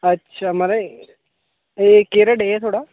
अच्छा महाराज एह् केह्ड़ा डे ऐ थुआढ़ा